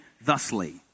thusly